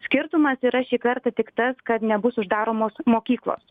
skirtumas yra šį kartą tik tas kad nebus uždaromos mokyklos